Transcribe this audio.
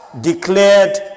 declared